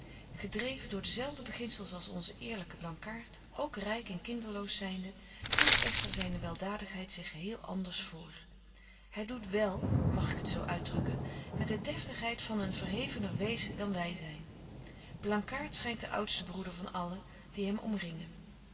gedreven door dezelfde beginzels als onzen eerlyken blankaart ook ryk en kinderloos zynde doet echter zyne weldadigheid zich geheel anders vr hy doet wél mag ik het zo uitdrukken met de deftigheid van een verhevener wezen dan wy zyn blankaart schynt de oudste broeder van allen die hem omringen